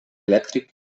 elèctric